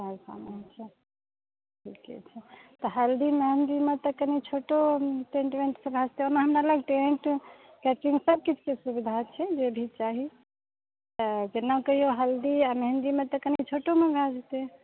सहरसामे होइत छै ठीके छै तऽ हल्दी मेहन्दीमे तऽ कनि छोटो टेन्ट वेन्टसँ भए जयतै ओना हमरा लग टेन्ट कैटरिङ्ग सभ किछुके सुविधा छै जे भी चाही जेना कहियौ हल्दी आ मेहन्दीमे तऽ कनि छोटोमे भए जयतै